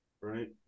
Right